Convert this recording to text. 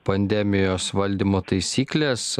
pandemijos valdymo taisyklės